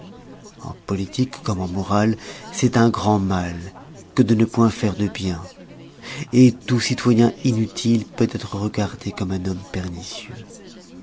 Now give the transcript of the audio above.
en politique comme en morale c'est un grand mal que de ne point faire de bien tout citoyen inutile peut être regardé comme un homme pernicieux